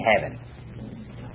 heaven